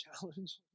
challenge